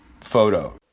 photo